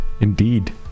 Indeed